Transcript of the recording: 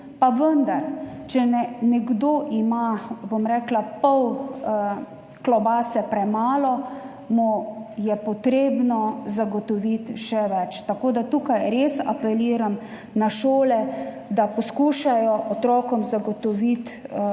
bom rekla, pol klobase premalo, mu je potrebno zagotoviti še več. Tukaj res apeliram na šole, da poskušajo otrokom zagotoviti res